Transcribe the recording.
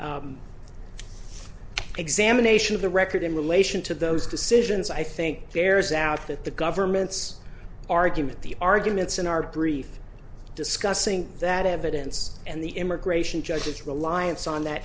evidence examination of the record in relation to those decisions i think there's out that the government's argument the arguments in our brief discussing that evidence and the immigration judge its reliance on that